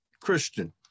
christian